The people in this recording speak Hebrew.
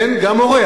כן, גם הוריה,